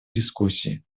дискуссии